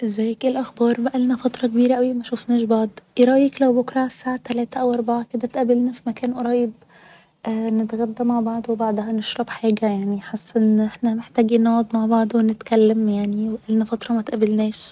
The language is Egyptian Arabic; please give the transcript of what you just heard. ازيك ايه الأخبار بقالنا فترة كبيرة اوي مشوفناش بعض ايه رأيك لو بكرة على الساعة تلاتة او اربعة كده نتقابل في مكان قريب نتغدى مع بعض و بعدها نشرب حاجة يعني حاسة ان احنا محتاجين نقعد مع بعض و نتكلم يعني بقالنا فترة متقابلناش